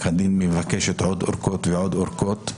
הדין ומבקשת עוד אורכות ועוד אורכות,